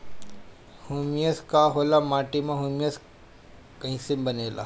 Humus का होला माटी मे ह्यूमस कइसे बनेला?